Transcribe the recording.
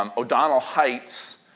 um o'donnell heights,